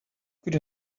could